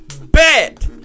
Bet